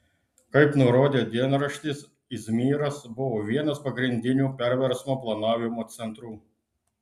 kaip nurodė dienraštis izmyras buvo vienas pagrindinių perversmo planavimo centrų